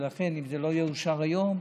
ולכן, אם זה לא יאושר היום,